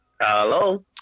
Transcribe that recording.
Hello